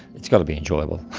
it's got to be enjoyable.